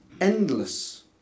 endless